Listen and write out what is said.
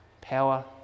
power